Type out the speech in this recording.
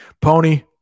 Pony